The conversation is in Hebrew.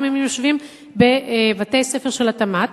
גם אם הם יושבים בבתי-ספר של התמ"ת,